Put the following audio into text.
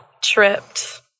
tripped